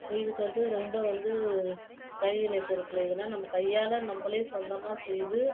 இதுக்கு வந்து ரொம்ப வந்து கைவினைப் பொருட்கள் எதுனால் நம்ம கையால் நம்பளே சொந்தமாக செய்து